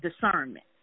discernment